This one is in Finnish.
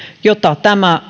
mitä tämä